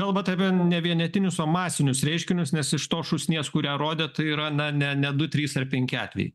kalbat apie ne vienetinius o masinius reiškinius nes iš tos šūsnies kurią rodėt tai yra na ne ne du trys ar penki atvejai